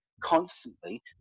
constantly